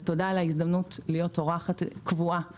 תודה על ההזדמנות להיות אורחת קבועה בוועדה.